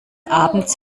abends